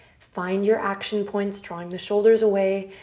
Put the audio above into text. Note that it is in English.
find your action points, drawing the shoulders away.